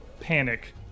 panic